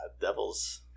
Devils